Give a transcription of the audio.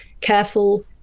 careful